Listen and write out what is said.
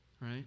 right